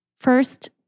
First